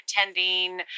attending